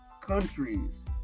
countries